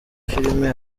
filime